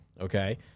okay